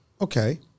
Okay